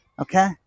Okay